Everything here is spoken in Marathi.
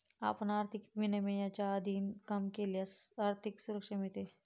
आपण आर्थिक विनियमांच्या अधीन काम केल्यास आर्थिक सुरक्षा मिळते